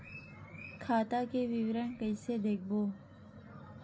खाता के विवरण कइसे देखबो?